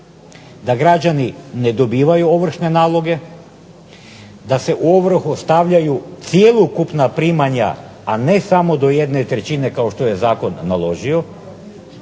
Da građani ne dobivaju ovršne naloge, da se u odluku stavljaju cjelokupna primanja a ne samo do 1/3 kao što je Zakon odredio,